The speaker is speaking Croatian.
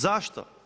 Zašto?